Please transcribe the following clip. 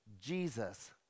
jesus